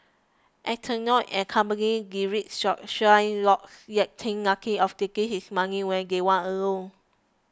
Antonio and company deride Shylock yet think nothing of taking his money when they want a loan